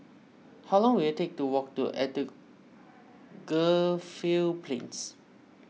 how long will it take to walk to Edgefield Plains